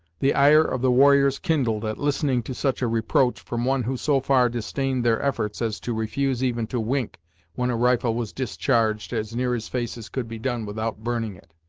the ire of the warriors kindled at listening to such a reproach from one who so far disdained their efforts as to refuse even to wink when a rifle was discharged as near his face as could be done without burning it.